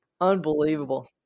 Unbelievable